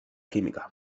química